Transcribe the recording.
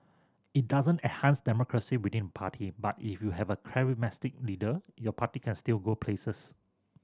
it doesn't enhance democracy within party but if you have a charismatic leader your party can still go places